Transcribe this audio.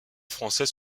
français